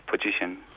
position